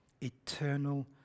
eternal